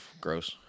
gross